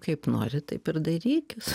kaip nori taip ir darykis